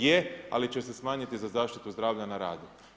Je, ali će se smanjiti za zaštitu zdravlja na radu.